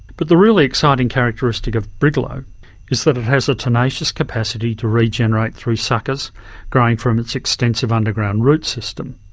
but the really exciting characteristic of brigalow is that it has a tenacious capacity to regenerate through suckers growing from its extensive underground root system.